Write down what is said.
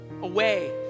away